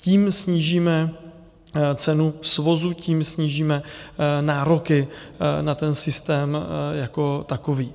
Tím snížíme cenu svozu, tím snížíme nároky na systém jako takový.